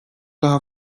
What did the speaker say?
daha